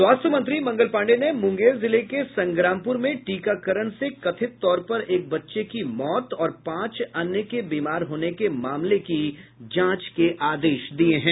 स्वास्थ्य मंत्री मंगल पांडेय ने मूंगेर जिले के संग्रामपूर में टीकाकरण से कथित तौर पर एक बच्चे की मौत और पांच अन्य के बीमार होने के मामले की जांच के आदेश दिये हैं